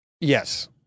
Yes